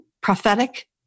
Prophetic